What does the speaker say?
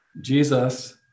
Jesus